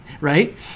right